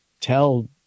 tell